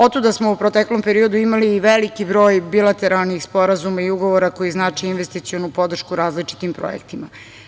Otuda smo u proteklom periodu imali i veliki broj bilateralnih sporazuma i ugovora koji znače investicionu podršku različitim projektima.